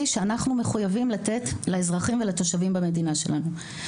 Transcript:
שאנחנו מחויבים לתת לאזרחים ולתושבים במדינה שלנו.